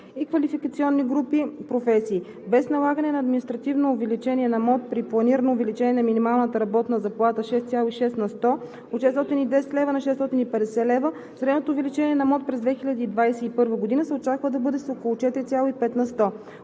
и квалификационни групи професии. Без налагане на административно увеличение на МОД при планирано увеличение на минималната работна заплата с 6,6 на сто от 610 лв. на 650 лв., средното увеличение на МОД през 2021 г. се очаква да бъде с около 4,5 на сто.